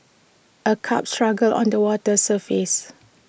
A carp struggles on the water's surface